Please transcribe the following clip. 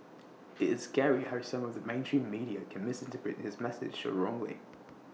it's scary how some of the mainstream media can misinterpret his message so wrongly